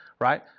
right